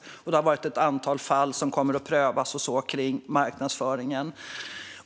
Det har också varit ett antal fall gällande marknadsföringen som kommer att prövas.